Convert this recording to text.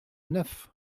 neuf